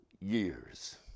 years